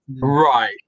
Right